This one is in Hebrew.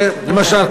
למשל,